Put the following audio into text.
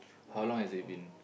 how long has it been